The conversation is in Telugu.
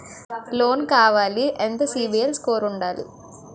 లోన్ కావాలి ఎంత సిబిల్ స్కోర్ ఉండాలి?